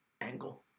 angle